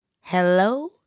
Hello